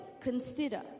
consider